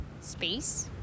space